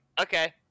Okay